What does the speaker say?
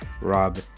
Rob